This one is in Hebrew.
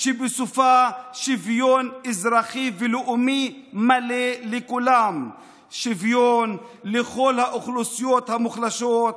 שאני אומר לכם: לא חשבתי ככה בהתחלה,